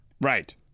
Right